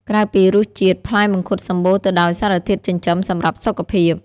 ក្រៅពីរសជាតិ ផ្លែមង្ឃុតសម្បូរទៅដោយសារធាតុចិញ្ចឹមសម្រាប់សុខភាព។